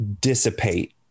dissipate